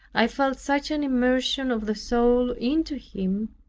i felt such an immersion of the soul into him,